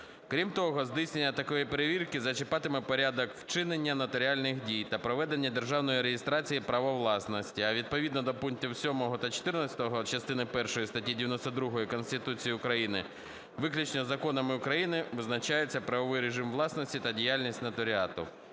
Крім того, здійснення такої перевірки зачіпатиме порядок вчинення нотаріальних дій та проведення державної реєстрації права власності. А відповідно до пунктів 7 та 14 частини першої статті 92 Конституції України, виключно законами України визначається правовий режим власності та діяльність нотаріату.